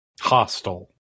Hostile